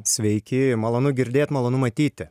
sveiki malonu girdėt malonu matyti